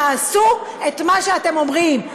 תעשו מה שאתם אומרים.